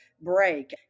break